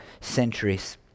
centuries